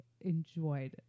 enjoyed